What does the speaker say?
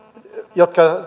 jotka